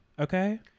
okay